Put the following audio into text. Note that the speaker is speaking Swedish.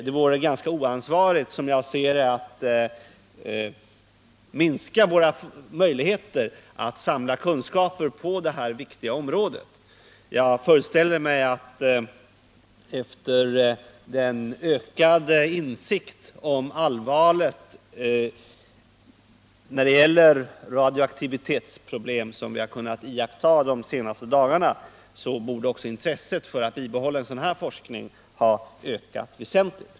Det vore, som jag ser det, ganska oansvarigt att minska våra möjligheter att samla kunskaper på detta viktiga område. Jag föreställer mig att särskilt efter den ökade insikt om allvaret när det gäller radioaktivitetsproblem som man kunnat iaktta de senaste dagarna borde också intresset för att bibehålla sådan forskning ha ökat väsentligt.